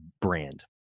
brand